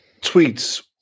tweets